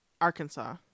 Arkansas